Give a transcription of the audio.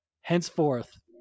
henceforth